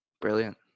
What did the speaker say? Brilliant